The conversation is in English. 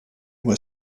were